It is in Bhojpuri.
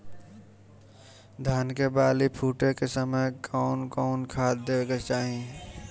धान के बाली फुटे के समय कउन कउन खाद देवे के चाही?